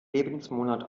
lebensmonat